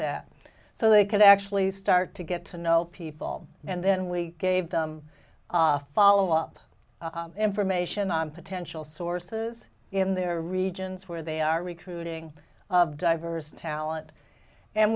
that so they could actually start to get to know people and then we gave them a follow up information on potential sources in their regions where they are recruiting of diverse talent and